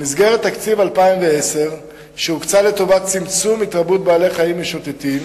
במסגרת תקציב 2010 שיוקצה לטובת צמצום התרבות בעלי-חיים משוטטים